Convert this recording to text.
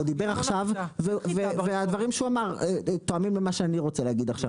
הוא דיבר עכשיו והדברים שהוא אמר תואמים למה שאני רוצה להגיד עכשיו,